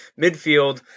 Midfield